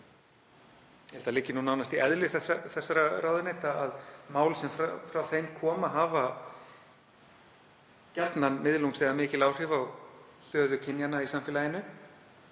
að það liggi nú nánast í eðli þessara ráðuneyta að mál sem frá þeim koma hafa gjarnan miðlungs eða mikil áhrif á stöðu kynjanna í samfélaginu,